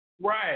Right